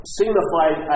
signified